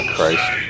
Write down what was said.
Christ